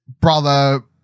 brother